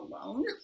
alone